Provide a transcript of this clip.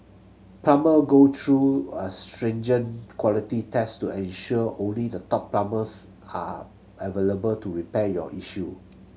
plumber go through a stringent quality test to ensure only the top plumbers are available to repair your issue